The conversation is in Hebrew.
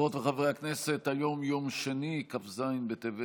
דברי הכנסת יד / מושב שני / ישיבה קכ"ד / כ"ז בטבת